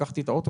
לקחתי את האוטו,